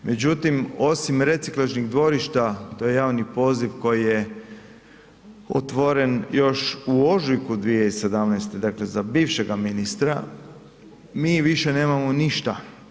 Međutim osim reciklažnih dvorišta to je javni poziv koji je otvoren još u ožujku 2017. dakle za bivšega ministra mi više nemamo ništa.